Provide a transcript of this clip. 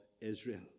Israel